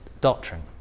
doctrine